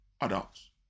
adults